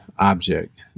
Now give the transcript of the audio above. object